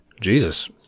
Jesus